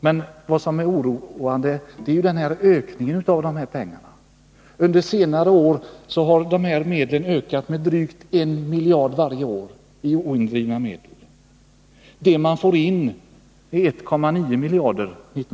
Men vad som är oroande är ökningen av de här beloppen. Under senare år har de oindrivna medlen ökat med drygt 1 miljard varje år. Det man fick in 1979 var 1,9 miljarder.